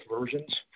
versions